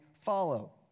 follow